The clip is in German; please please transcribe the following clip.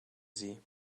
sie